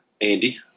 Andy